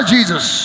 Jesus